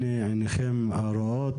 הנה עיניכם הרואות,